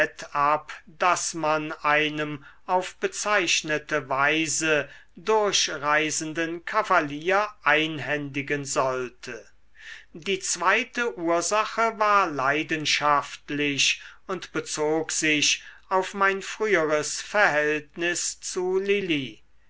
ab das man einem auf bezeichnete weise durchreisenden kavalier einhändigen sollte die zweite ursache war leidenschaftlich und bezog sich auf mein früheres verhältnis zu lili